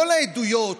כל העדויות